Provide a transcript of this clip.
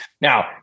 now